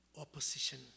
Opposition